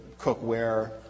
cookware